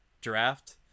draft